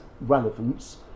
relevance